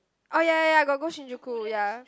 oh ya ya ya got go Shinjuku ya